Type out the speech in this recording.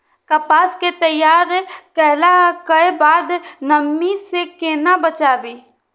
कपास के तैयार कैला कै बाद नमी से केना बचाबी?